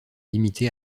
limitée